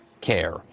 care